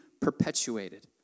perpetuated